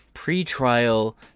pre-trial